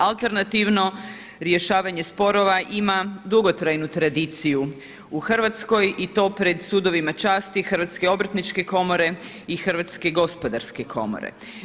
Alternativno rješavanje sporova ima dugotrajnu tradiciju u Hrvatskoj i to pred sudovima časti, Hrvatske obrtničke komore i Hrvatske gospodarske komore.